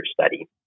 study